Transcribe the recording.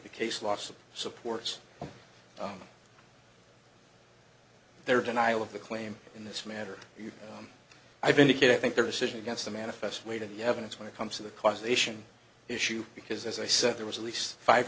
the case lawson supports their denial of the claim in this matter i've been to get i think their decision against the manifest weight of the evidence when it comes to the causation issue because as i said there was at least five